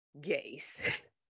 gays